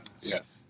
Yes